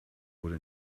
wurde